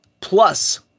plus